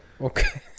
Okay